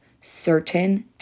certain